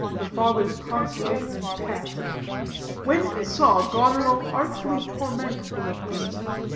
her father's consolation and pet when he saw goneril artfully torment the little innocent,